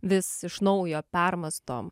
vis iš naujo permąstom